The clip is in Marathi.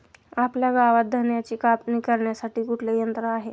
आपल्या गावात धन्याची कापणी करण्यासाठी कुठले यंत्र आहे?